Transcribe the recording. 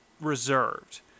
reserved